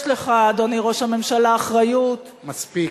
אדוני ראש הממשלה, יש לך אחריות, מספיק.